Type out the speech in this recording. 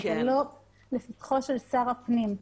זה לא לפתחו של שר הפנים.